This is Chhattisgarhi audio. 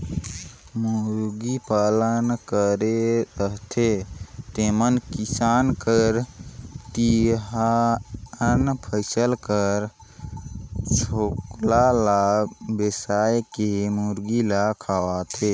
मुरगी पालन करे रहथें तेमन किसान कर तिलहन फसिल कर छोकला ल बेसाए के मुरगी ल खवाथें